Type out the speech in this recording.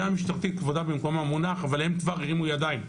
- כבודה במקומה מונח, אבל הם כבר הרימו ידיים.